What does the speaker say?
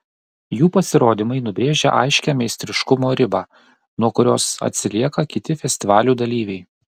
jų pasirodymai nubrėžia aiškią meistriškumo ribą nuo kurios atsilieka kiti festivalių dalyviai